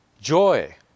joy